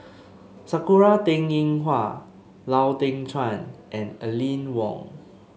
Sakura Teng Ying Hua Lau Teng Chuan and Aline Wong